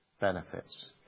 benefits